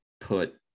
put